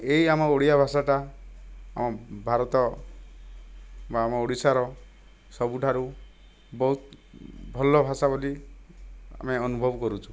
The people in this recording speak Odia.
ଏହି ଆମ ଓଡ଼ିଆ ଭାଷାଟା ଆମ ଭାରତ ବା ଆମ ଓଡ଼ିଶାର ସବୁଠାରୁ ବହୁତ ଭଲ ଭାଷା ବୋଲି ଆମେ ଅନୁଭବ କରୁଛୁ